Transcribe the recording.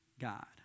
God